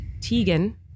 Tegan